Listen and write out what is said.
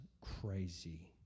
crazy